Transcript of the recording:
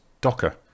Docker